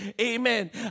Amen